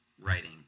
writing